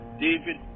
David